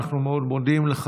אנחנו מאוד מודים לך.